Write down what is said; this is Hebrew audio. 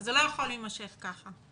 שזה לא יכול להמשך ככה.